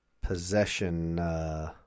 possession